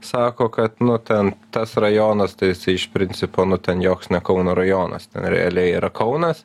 sako kad nu ten tas rajonas tai jisai iš principo nu ten joks ne kauno rajonas ten realiai yra kaunas